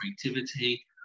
creativity